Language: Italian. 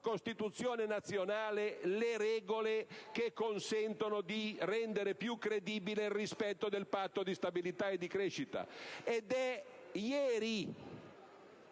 Costituzione nazionale, le regole che consentono di rendere più credibile il rispetto del Patto di stabilità e di crescita.